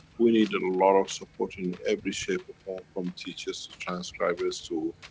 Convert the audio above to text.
we need and a lot of support in every shape or form, from teachers to transcribers to.